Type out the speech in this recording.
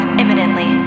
imminently